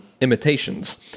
imitations